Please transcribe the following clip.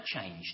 changed